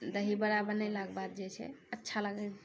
दही बड़ा बनेला के बाद जे छै अच्छा लागै